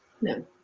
No